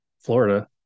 Florida